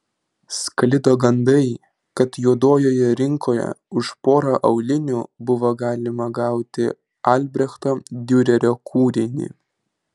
sklido gandai kad juodojoje rinkoje už porą aulinių buvo galima gauti albrechto diurerio kūrinį